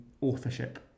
authorship